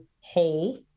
whole